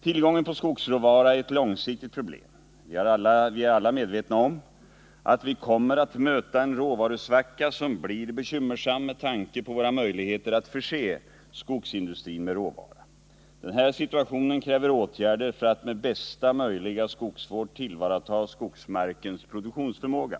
Försörjningen med skogsråvara är ett långsiktigt problem. Vi är alla medvetna om att vi kommer att möta en råvarusvacka som blir bekymmersam med tanke på våra möjligheter att förse skogsindustrin med råvara. Den här situationen kräver åtgärder för att med bästa möjliga skogsvård tillvarata skogsmarkens produktionsförmåga.